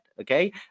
Okay